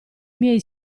miei